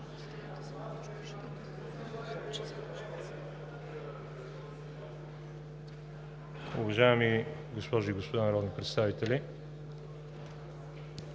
Уважаеми госпожи и господа народни представители!